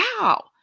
wow